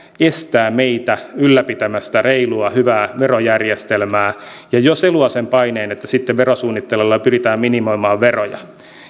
estää meitä ylläpitämästä reilua hyvää verojärjestelmää ja jo se luo sen paineen että sitten verosuunnittelulla pyritään minimoimaan veroja